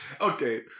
okay